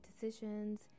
decisions